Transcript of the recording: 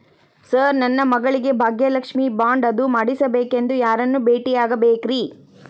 Sir ನನ್ನ ಮಗಳಿಗೆ Bhagyalakshmi bond ಅದು ಮಾಡಿಸಬೇಕೆಂದು ಯಾರನ್ನ ಭೇಟಿಯಾಗಬೇಕ್ರಿ?